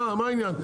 מה העניין שלכם?